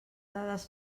dades